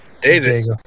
David